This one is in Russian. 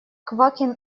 квакин